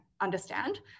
understand